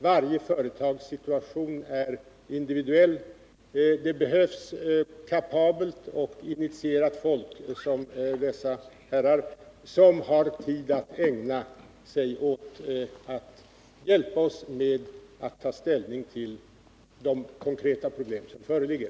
Varje företagssituation är individuell, och det behövs kapabelt och initierat folk, som dessa herrar, som har tid att ägna sig åt att hjälpa oss med att ta ställning till de konkreta problem som föreligger.